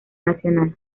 nacional